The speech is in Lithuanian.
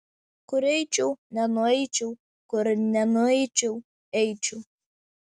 kur eičiau nenueičiau kur nenueičiau eičiau